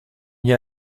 hier